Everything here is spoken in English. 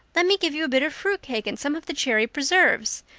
let me give you a bit of fruit cake and some of the cherry preserves.